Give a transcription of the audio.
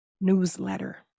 newsletter